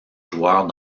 joueurs